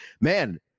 Man